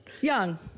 young